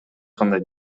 кандай